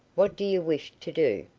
what do you wish to do?